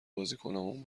بازیکنامون